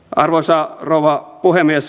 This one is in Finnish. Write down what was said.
arvoisa rouva puhemies